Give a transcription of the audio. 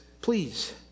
please